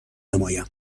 نمایم